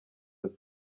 ati